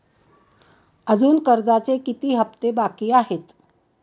अजुन कर्जाचे किती हप्ते बाकी आहेत?